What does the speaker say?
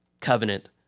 covenant